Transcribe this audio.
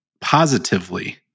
positively